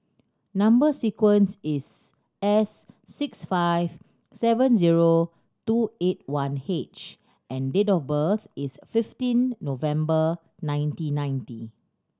number sequence is S six five seven zero two eight one H and date of birth is fifteen November nineteen ninety